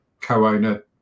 co-owner